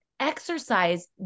exercise